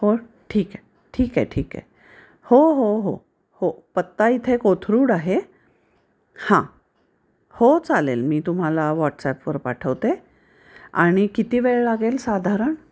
हो ठीक आहे ठीक आहे ठीक आहे हो हो हो हो पत्ता इथे कोथरूड आहे हां हो चालेल मी तुम्हाला व्हॉट्सॲपवर पाठवते आणि किती वेळ लागेल साधारण